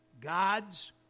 God's